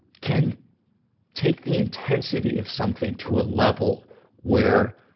can take the intensity of something to a level where,